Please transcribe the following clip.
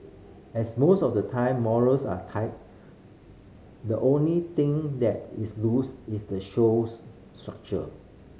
as most of the time morals are tight the only thing that is loose is the show's structure